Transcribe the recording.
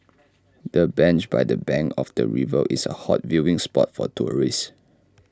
the bench by the bank of the river is A hot viewing spot for tourists